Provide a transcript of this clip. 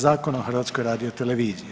Zakona o HRT-u.